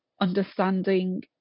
understanding